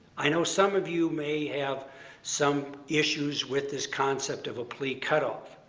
i know some of you may have some issues with this concept of a plea cutoff,